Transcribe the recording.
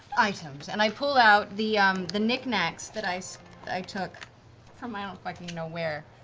items. and i pull out the the knickknacks that i so i took from i don't fucking know where.